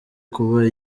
kuba